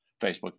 Facebook